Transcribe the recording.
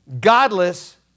godless